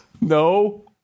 No